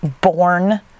born